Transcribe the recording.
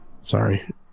Sorry